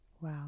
Wow